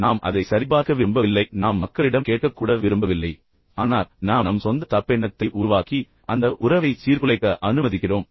நாம் அதை சரிபார்க்க விரும்பவில்லை நாம் மக்களிடம் கேட்கக் கூட விரும்பவில்லை ஆனால் நாம் நம் சொந்த தப்பெண்ணத்தை உருவாக்கி அந்த உறவை சீர்குலைக்க அனுமதிக்கிறோம்